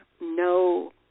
no